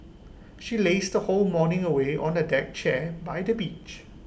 she lazed the whole morning away on A deck chair by the beach